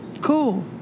Cool